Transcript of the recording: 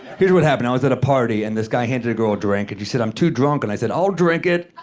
here's what happened. i was at a party and this guy handed a girl a drink, and she said, i'm too drunk. and i said, i'll drink it.